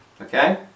okay